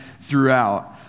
throughout